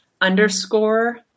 underscore